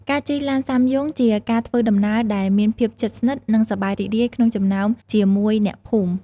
ការជិះឡានសាំយ៉ុងជាការធ្វើដំណើរដែលមានភាពជិតស្និទ្ធ និងសប្បាយរីករាយក្នុងចំណោមជាមួយអ្នកភូមិ។